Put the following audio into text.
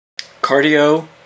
cardio